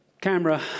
Camera